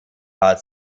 bad